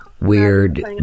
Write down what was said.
weird